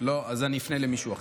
אז אני אפנה למישהו אחר.